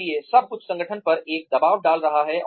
इसलिए सब कुछ संगठन पर एक दबाव डाल रहा है